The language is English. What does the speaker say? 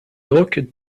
orchid